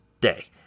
day